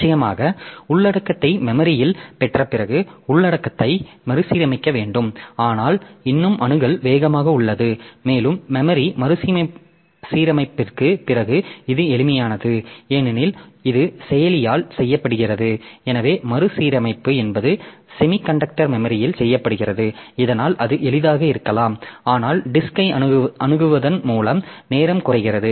நிச்சயமாக உள்ளடக்கத்தை மெமரியில் பெற்ற பிறகு உள்ளடக்கத்தை மறுசீரமைக்க வேண்டும் ஆனால் இன்னும் அணுகல் வேகமாக உள்ளது மேலும் மெமரி மறுசீரமைப்பிற்குப் பிறகு இது எளிமையானது ஏனெனில் இது செயலியால் செய்யப்படுகிறது எனவே மறுசீரமைப்பு என்பது சேமிகண்டக்டர் மெமரியில் செய்யப்படுகிறது இதனால் அது எளிதாக இருக்கலாம் ஆனால் டிஸ்க்ஐ அணுகுவதன் மூலம் நேரம் குறைகிறது